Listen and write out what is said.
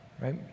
Right